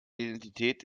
identität